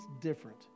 different